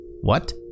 What